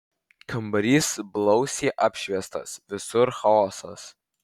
kambarys blausiai apšviestas visur chaosas